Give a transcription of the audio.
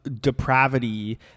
Depravity